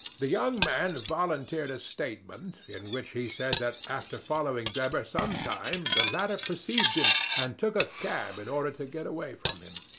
the young man volunteered a statement, in which he said that after following drebber some time, the latter perceived him, and took a cab in order to get away from him.